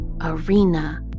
arena